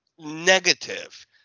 negative